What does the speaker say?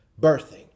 birthing